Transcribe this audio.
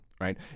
Right